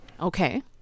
Okay